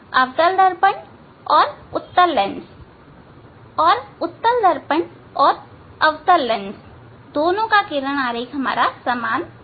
अवतल दर्पण और उत्तल लेंस और उत्तल दर्पण और अवतल लेंस किरण आरेख लगभग समान हैं